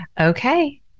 Okay